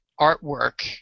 artwork